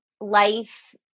life